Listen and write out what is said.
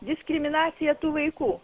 diskriminacija tų vaikų